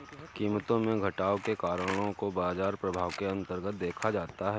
कीमतों में घटाव के कारणों को बाजार प्रभाव के अन्तर्गत देखा जाता है